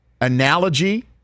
analogy